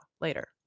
later